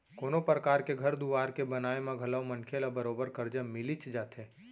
कोनों परकार के घर दुवार के बनाए म घलौ मनखे ल बरोबर करजा मिलिच जाथे